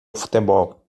futebol